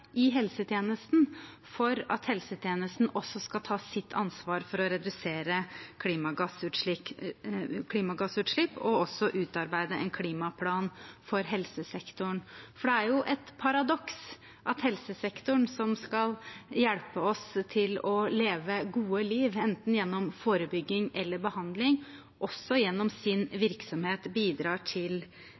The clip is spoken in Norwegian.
i helsetjenesten for at helsetjenesten også skal ta sitt ansvar for å redusere klimagassutslipp og også utarbeide en klimaplan for helsesektoren. For det er et paradoks at helsesektoren, som skal hjelpe oss til å leve et godt liv, enten gjennom forebygging eller behandling, også gjennom sin virksomhet bidrar til